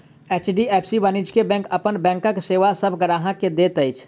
HDFC वाणिज्य bank अपन बैंकक सेवा सभ ग्राहक के दैत अछि